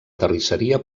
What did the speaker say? terrisseria